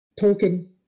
Token